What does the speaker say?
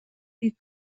ich